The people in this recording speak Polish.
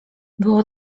było